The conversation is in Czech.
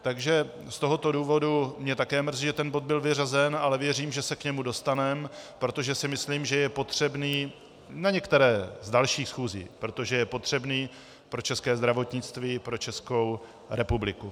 Z tohoto důvodu mě také mrzí, že ten bod byl vyřazen, ale věřím, že se k němu dostaneme, protože si myslím, že je potřebný, na některé z dalších schůzí, protože je potřebný pro české zdravotnictví, pro Česku republiku.